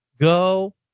go